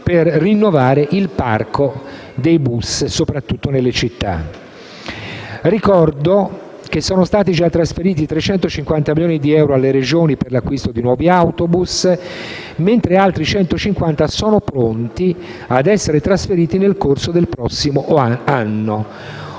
per rinnovare il parco bus, soprattutto nelle città. Ricordo che sono stati già trasferiti 350 milioni di euro alle regioni per l'acquisto di nuovi autobus, mentre altri 150 milioni sono pronti per essere trasferiti nel corso del prossimo anno.